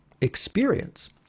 experience